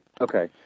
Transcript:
Okay